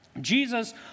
Jesus